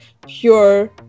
pure